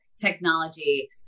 technology